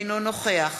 אינו נוכח